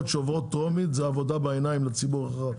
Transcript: שעוברות בטרומית זה עבודה בעיניים לציבור הרחב.